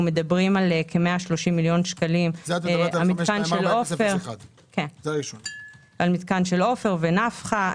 אנו מדברים על כ-130 מיליון שקלים על מתקן של עופר ונפחא.